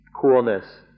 coolness